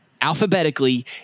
alphabetically